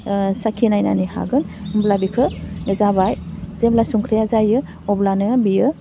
साखिनायनानै हागोन होमब्ला बेखौ जाबाय जेब्ला संख्रिया जायो अब्लानो बियो